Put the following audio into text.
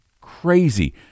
crazy